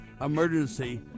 emergency